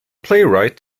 playwright